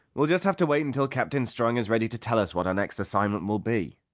we'll just have to wait until captain strong is ready to tell us what our next assignment will be!